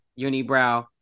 unibrow